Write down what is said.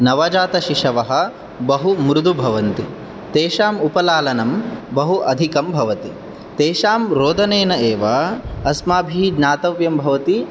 नवजातशिशवः बहुमृदु भवन्ति तेषाम् उपलालनं बहु अधिकं भवन्ति तेषां रोदनेन एव अस्माभि ज्ञातव्यं भवति